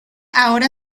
ahora